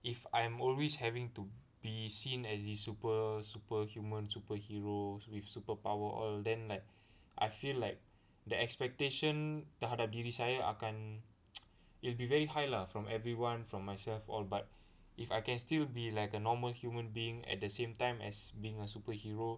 if I'm always having to be seen as the super~ superhuman superhero with superpower then like I feel like the expectation terhadap diri saya akan it will be very high lah from everyone from myself all but if I can still be like a normal human being at the same time as being a superhero